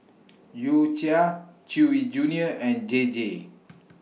U Cha Chewy Junior and J J